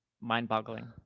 mind-boggling